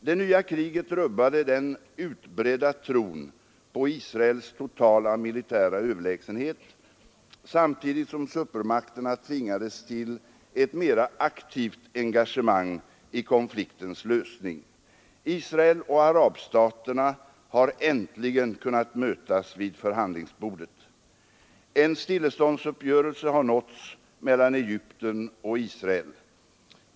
Det nya kriget rubbade den utbredda tron på Israels totala militära överlägsenhet, samtidigt som supermakterna tvingades till ett mera aktivt engagemang i konfliktens lösning. Israel och arabstaterna har äntligen kunnat mötas vid förhandlingsbordet. En stilleståndsuppgörelse har nåtts mellan Egypten och Israel.